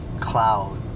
cloud